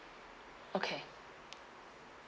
okay